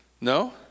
no